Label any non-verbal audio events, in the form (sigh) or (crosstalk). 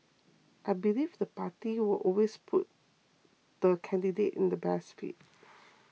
I believe the party will always put the candidate in the best fit (noise)